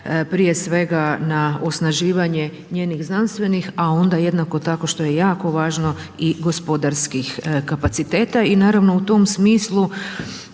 prije svega na osnaživanje njenih znanstvenih a onda jednako tako što je jako važno i gospodarskih kapaciteta. I naravno u tom smislu